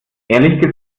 ehrlich